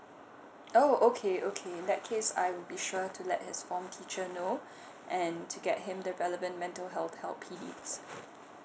oh okay okay in that case I will be sure to let his form teacher know and to get him the relevant mental health to help him